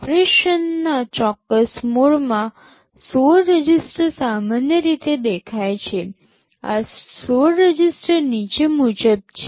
ઓપરેશનના ચોક્કસ મોડમાં ૧૬ રજિસ્ટર સામાન્ય રીતે દેખાય છે આ ૧૬ રજિસ્ટર નીચે મુજબ છે